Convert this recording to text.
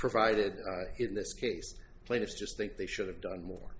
provided in this case plaintiffs just think they should have done more